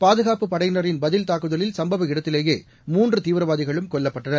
பாதுகாப்பு படையினரின் பதில் தாக்குதலில் சுப்பவ இடத்திலேயே மூன்றதீவிரவாதிகளும் கொல்லப்பட்டனர்